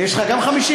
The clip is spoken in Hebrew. יש לך גם 50?